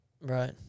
Right